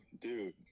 dude